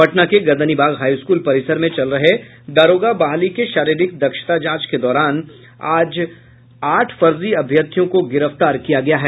पटना के गर्दनीबाग हाईस्कूल परिसर में चल रहे दारोगा बहाली के शारीरिक दक्षता जांच के दौरान आठ फर्जी अभ्यर्थियों को गिरफ्तार किया गया है